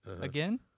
again